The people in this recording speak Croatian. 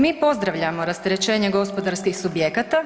Mi pozdravljamo rasterećenje gospodarskih subjekata.